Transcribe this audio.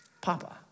papa